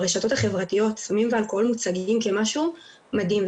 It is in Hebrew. ברשתות החברתיות סמים ואלכוהול מוצגים כמשהו מדהים.